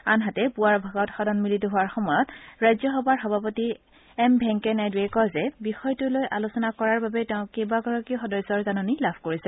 আনহাতে পুৱাৰ ভাগত সদন মিলিত হোৱাৰ সময়ত ৰাজ্যসভাৰ সভাপতি এম ভেংকায়া নাইডুৱে কয় যে বিষয়টো লৈ আলোচনা কৰাৰ বাবে তেওঁ কেইবাগৰাকীও সদস্যৰ জাননী লাভ কৰিছে